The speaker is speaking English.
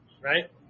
right